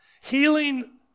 healing